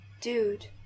Dude